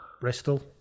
Bristol